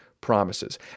promises